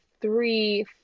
three